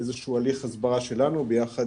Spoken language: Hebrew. ציון, לגבי ההערה שלך על הבניינים במוכר הלא רשמי.